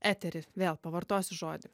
etery vėl pavartosiu žodį